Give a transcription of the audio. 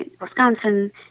Wisconsin